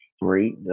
great